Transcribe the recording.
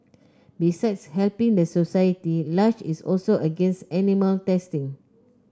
besides helping the society Lush is also against animal testing